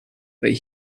but